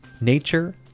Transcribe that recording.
nature